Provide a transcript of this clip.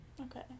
Okay